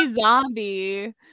zombie